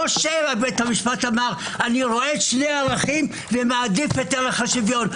לא שבית המשפט אמר: אני רואה את שני הערכים ומעדיף את ערך השוויון.